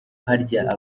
harya